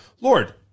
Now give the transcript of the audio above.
Lord